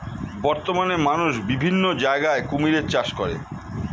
বর্তমানে মানুষ বিভিন্ন জায়গায় কুমিরের চাষ করে